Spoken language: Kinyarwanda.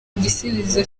igisubizo